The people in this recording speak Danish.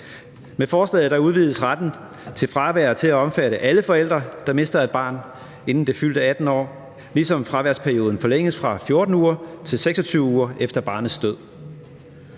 Med forslaget udvides retten til fravær til at omfatte alle forældre, der mister et barn inden det fyldte 18. år, ligesom fraværsperioden forlænges fra 14 uger til 26 uger efter barnets død.